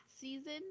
season